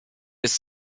jest